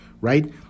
right